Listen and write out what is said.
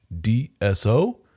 DSO